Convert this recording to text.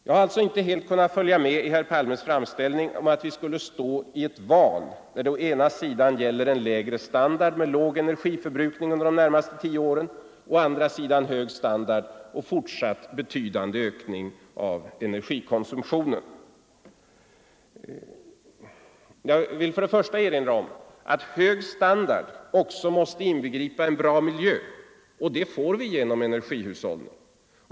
Jag har alltså inte helt kunnat följa med i herr Palmes framställning om att vi skulle stå i ett val mellan å ena sidan en lägre standard med låg energiförbrukning under de närmaste tio åren och å andra sidan hög standard och fortsatt betydande ökning av energikonsumtionen. Jag vill för det första erinra om att hög standard också måste inbegripa en bra miljö, och en sådan får vi genom energihushållning.